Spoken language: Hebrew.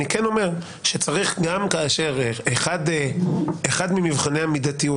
אני כן אומר שאחד ממבחני המידתיות,